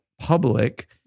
public